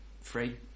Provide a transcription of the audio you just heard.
free